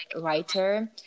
writer